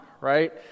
Right